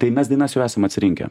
tai mes dainas jau esam atsirinkę